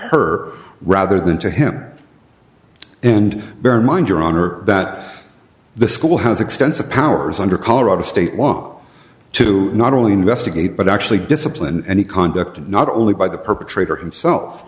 her rather than to him and bear in mind your honor that the school has extensive powers under colorado state law to not only investigate but actually discipline any conduct not only by the perpetrator himself